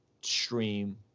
stream